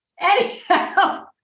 Anyhow